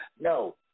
No